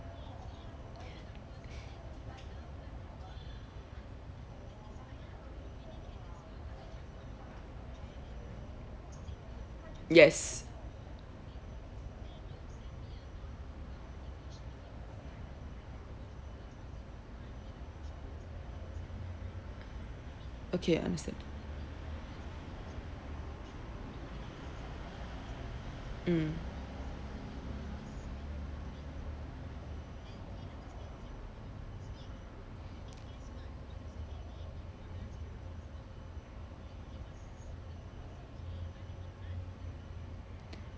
yes okay understand mm